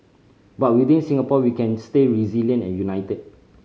but within Singapore we can stay resilient and united